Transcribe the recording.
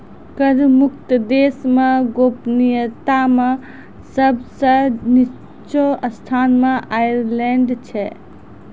कर मुक्त क्षेत्र मे गोपनीयता मे सब सं निच्चो स्थान मे आयरलैंड छै